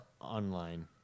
Online